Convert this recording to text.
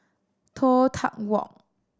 Toh Tuck Walk